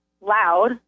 loud